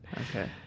Okay